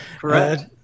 correct